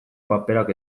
paperak